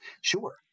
Sure